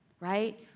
right